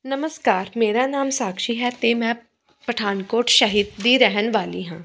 ਨਮਸਕਾਰ ਮੇਰਾ ਨਾਮ ਸਾਕਸ਼ੀ ਹੈ ਅਤੇ ਮੈਂ ਪਠਾਨਕੋਟ ਸ਼ਹਿਰ ਦੀ ਰਹਿਣ ਵਾਲੀ ਹਾਂ